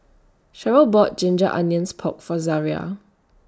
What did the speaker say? Cherrelle bought Ginger Onions Pork For Zaria